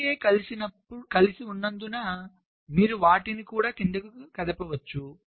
B మరియు A కలిసి ఉన్నందున మీరు వాటిని కూడా క్రిందికి కదపవచ్చు